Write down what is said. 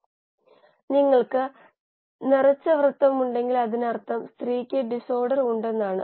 ബയോറിയാക്ടറിലെ കോശങ്ങളെ കുറിച്ചുള്ള ചില സമീപനങ്ങൾ നമ്മൾ പരിശോധിക്കുകയാണ്